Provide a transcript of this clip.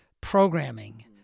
programming